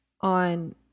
on